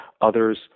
others